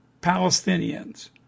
Palestinians